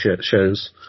shows